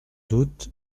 doute